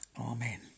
Amen